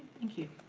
thank you.